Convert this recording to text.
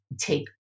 take